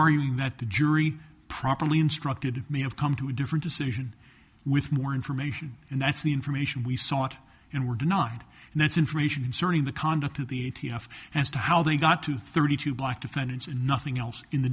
that the jury properly instructed may have come to a different decision with more information and that's the information we sought and were denied and that's information inserting the conduct of the a t f as to how they got to thirty two black defendants and nothing else in the